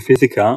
בפיזיקה,